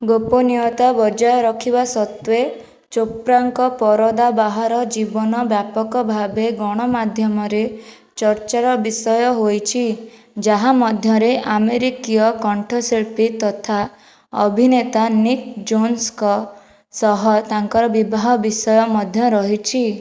ଗୋପନୀୟତା ବଜାୟ ରଖିବା ସତ୍ତ୍ୱେ ଚୋପ୍ରାଙ୍କ ପରଦା ବାହାର ଜୀବନ ବ୍ୟାପକ ଭାବେ ଗଣମାଧ୍ୟମରେ ଚର୍ଚ୍ଚାର ବିଷୟ ହୋଇଛି ଯାହା ମଧ୍ୟରେ ଆମେରିକୀୟ କଣ୍ଠଶିଳ୍ପୀ ତଥା ଅଭିନେତା ନୀକ୍ ଯୋନ୍ସଙ୍କ ସହ ତାଙ୍କର ବିବାହ ବିଷୟ ମଧ୍ୟ ରହିଛି